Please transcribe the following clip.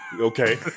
Okay